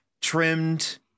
trimmed